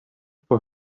for